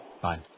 Bye